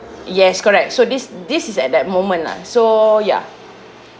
yes correct so this this is at that moment lah so ya